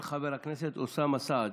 של חבר הכנסת אוסאמה סעדי.